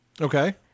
Okay